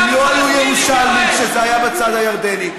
הם לא היו ירושלמים כשזה היה בצד הירדני.